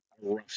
rough